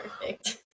Perfect